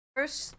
First